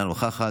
אינה נוכחת,